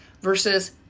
versus